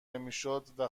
نمیشدو